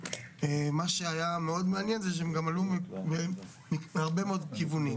מה שהיה מאוד מעניין זה שהם עלו מהרבה מאוד כיוונים.